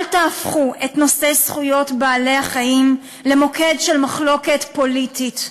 אל תהפכו את נושא זכויות בעלי-החיים למוקד של מחלוקת פוליטית.